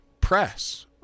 press